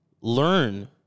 learn